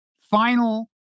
Final